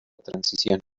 transición